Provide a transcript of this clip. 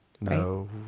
No